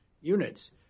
units